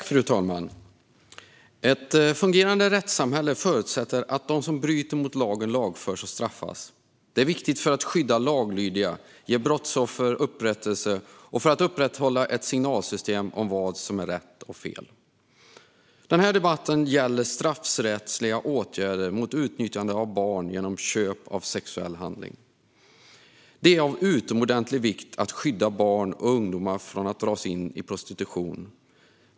Fru talman! Ett fungerande rättssamhälle förutsätter att de som bryter mot lagen lagförs och straffas. Det är viktigt för att skydda laglydiga, ge brottsoffer upprättelse och upprätthålla ett signalsystem om vad som är rätt och fel. Den här debatten gäller straffrättsliga åtgärder mot utnyttjande av barn genom köp av sexuell handling. Det är av utomordentlig vikt att skydda barn och ungdomar från att dras in i prostitution.